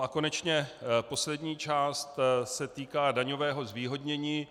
A konečně poslední část se týká daňového zvýhodnění.